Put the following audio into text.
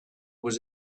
was